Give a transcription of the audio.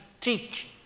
teach